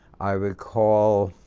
i recall